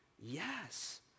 Yes